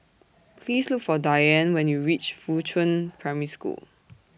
Please Look For Diann when YOU REACH Fuchun Primary School